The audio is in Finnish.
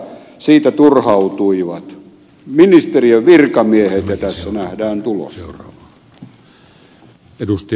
siitä turhautuivat ministeriön virkamiehet ja tässä nähdään tulos